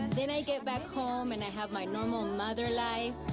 then i get back home and i have my normal mother life.